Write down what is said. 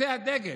נושא הדגל,